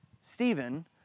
Stephen